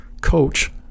coach